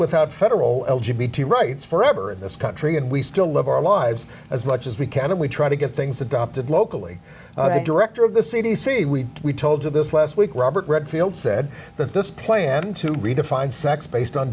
without federal rights forever in this country and we still live our lives as much as we can and we try to get things adopted locally director of the c d c we told you this last week robert redfield said that this plan to redefine sex based on